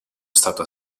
stato